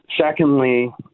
Secondly